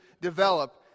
develop